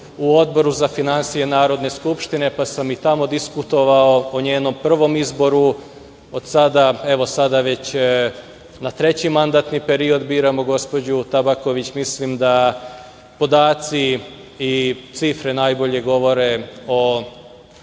u Odboru za finansije Narodne skupštine, pa sam i tamo diskutovao o njenom prvom izboru, evo sada na treći mandatni period biramo gospođu Tabaković. Mislim da podaci i cifre najbolje govore o